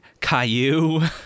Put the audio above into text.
Caillou